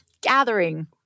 gathering